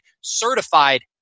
certified